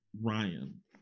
Ryan